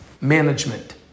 management